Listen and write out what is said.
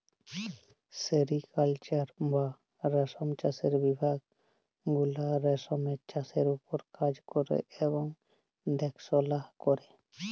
sericulture বা রেশম চাষের বিভাগ গুলা রেশমের চাষের উপর কাজ ক্যরে এবং দ্যাখাশলা ক্যরে